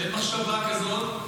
שאין מחשבה כזאת,